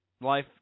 life